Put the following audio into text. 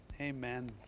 Amen